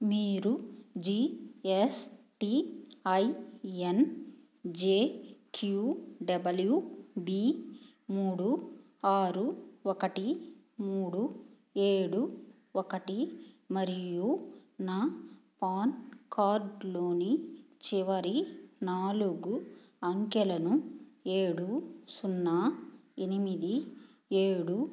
మీరు GSTIN JQWB మూడు ఆరు ఒకటి మూడు ఏడు ఒకటి మరియు నా పాన్ కార్డ్లోని చివరి నాలుగు అంకెలను ఏడు సున్నా ఎనిమిది ఏడు